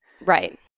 Right